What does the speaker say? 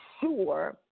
sure